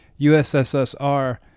USSR